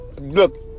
look